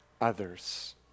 others